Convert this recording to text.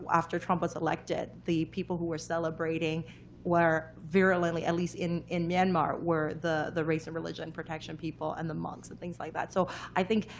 after trump was elected, the people who were celebrating were virulently at least in in myanmar were the the race or religion protection people, and the monks and things like that. so i think,